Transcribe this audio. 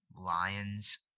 Lions